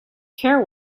care